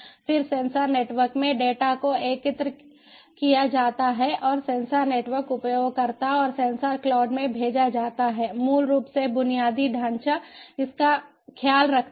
फिर sensor network में data को एकत्र किया जाता है और सेंसर नेटवर्क उपयोगकर्ता और सेंसर क्लाउड में भेजा जाता है मूल रूप से बुनियादी ढांचा इसका ख्याल रखता है